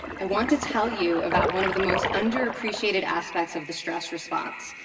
i want to tell you about one of the most under-appreciated aspects of the stress response,